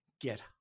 get